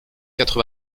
quatre